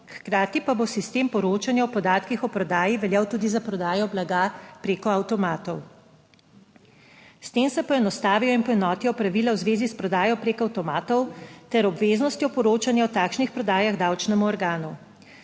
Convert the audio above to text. hkrati pa bo sistem poročanja o podatkih o prodaji veljal tudi za prodajo blaga preko avtomatov. S tem se poenostavijo in poenotijo pravila v zvezi s prodajo preko avtomatov ter obveznostjo poročanja o takšnih prodajah davčnemu organu.